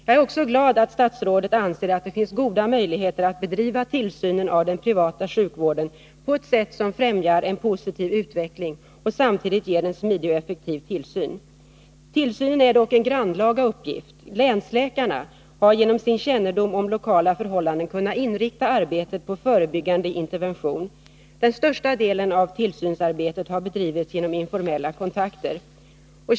Jag är också glad att statsrådet anser att det finns goda möjligheter att bedriva tillsynen av den privata sjukvården på ett sätt som befrämjar en positiv utveckling och samtidigt ger en smidig och effektiv tillsyn. Tillsynen är dock en grannlaga uppgift. Länsläkarna har genom sin kännedom om lokala förhållanden kunnat inrikta arbetet på förebyggande intervention. Den största delen av tillsynsarbetet har bedrivits genom informella kontakter.